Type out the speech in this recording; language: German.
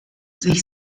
sich